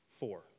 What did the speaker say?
four